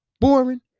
boring